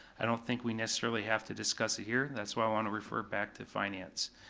i don't think we necessarily have to discuss it here, that's why i want to refer it back to finance.